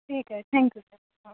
ठीक आहे थँक्यू तर हां